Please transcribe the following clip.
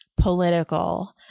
political